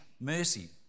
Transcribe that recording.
mercy